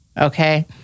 okay